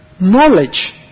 knowledge